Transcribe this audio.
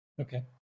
Okay